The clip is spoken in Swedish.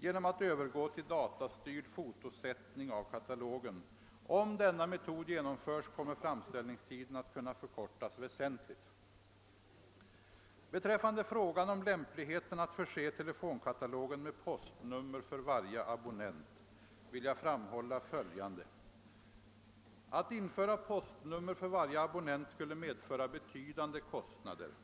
genom att övergå till datastyrd fotosättning av katalogen... Om denna me tod genomförs kommer framställningstiden att kunna förkortas väsentligt. Beträffande frågan om lämpligheten att förse telefonkatalogen med postnummer för varje abonnent vill jag framhålla följande. Att införa postnummer för varje abonnent skulle medföra betydande kostnader.